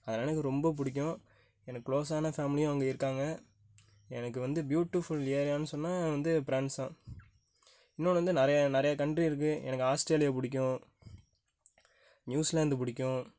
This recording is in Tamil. அதுலாம் எனக்கு ரொம்ப பிடிக்கும் எனக்கு கிலோஸான ஃபேம்லியும் அங்கே இருக்காங்க எனக்கு வந்து ப்யூடிஃபுல் ஏரியான்னு சொன்னால் அது வந்து ப்ரான்ஸ் தான் இன்னோன்று வந்து நிறையா நிறையா கன்ட்ரி இருக்குது எனக்கு ஆஸ்ட்ரேலியா பிடிக்கும் நியூஸிலாந்து பிடிக்கும்